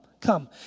come